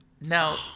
Now